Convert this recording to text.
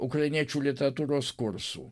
ukrainiečių literatūros kursų